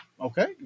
Okay